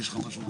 אפשר?